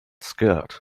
skirt